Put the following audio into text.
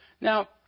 Now